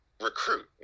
recruit